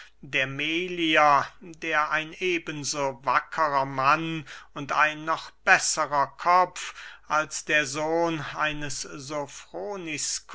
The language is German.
der melier der ein eben so wackerer mann und ein noch besserer kopf als der sohn des